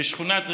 בשכונת רחביה.